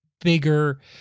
bigger